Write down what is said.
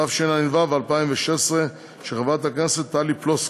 התשע"ו 2016, של חברת הכנסת טלי פלוסקוב,